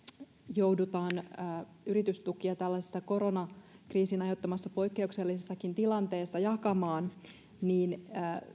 joudutaan yritystukia tällaisessa koronakriisin aiheuttamassa poikkeuksellisessakin tilanteessa jakamaan niin